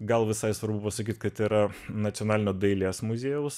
gal visai svarbu pasakyt kad yra nacionalinio dailės muziejaus